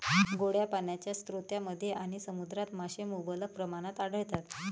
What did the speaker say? गोड्या पाण्याच्या स्रोतांमध्ये आणि समुद्रात मासे मुबलक प्रमाणात आढळतात